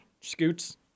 Scoots